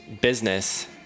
business